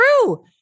true